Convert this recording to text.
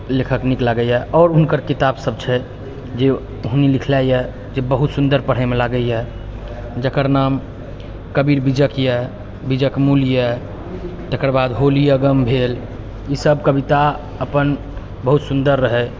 लेखक नीक लागै यऽ आओर हुनकर किताब सब छै जे ओहनी लिखल यऽ जे बहुत सुन्दर पढैमे लागै यऽ जकर नाम कबीर बीजक यऽ बीजक मूल यऽ तकर बाद होली अगम भेल ई सब कविता अपन बहुत सुन्दर रहै